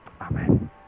Amen